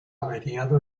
averiado